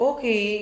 Okay